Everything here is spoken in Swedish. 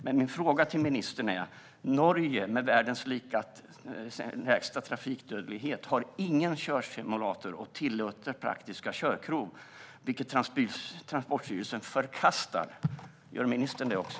Men min fråga till ministern är: Norge, med världens lägsta trafikdödlighet, har ingen körsimulator och tillåter praktiska körprov, vilket Transportstyrelsen förkastar - gör ministern det också?